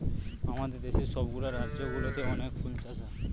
আমাদের দেশের সব গুলা রাজ্য গুলোতে অনেক ফুল চাষ হয়